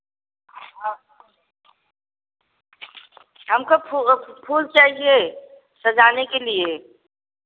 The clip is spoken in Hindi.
हमको फू फूल चाहिए सजाने के लिए